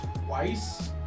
twice